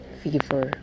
fever